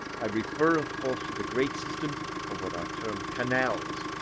i refer of course to the great system of what are termed canals,